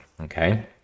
okay